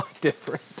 different